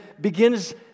begins